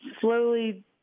slowly